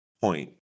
point